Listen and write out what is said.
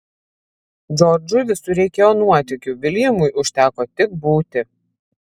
džordžui visur reikėjo nuotykių viljamui užteko tik būti